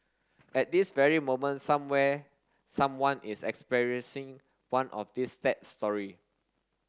at this very moment somewhere someone is experiencing one of these sad story